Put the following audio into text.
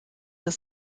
des